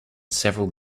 several